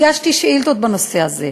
הגשתי שאילתות בנושא הזה,